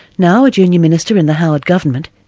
now a junior minister in the howard government,